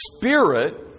Spirit